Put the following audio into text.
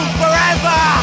forever